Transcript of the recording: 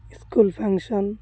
school function